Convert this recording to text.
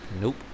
nope